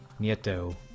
Nieto